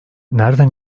nerden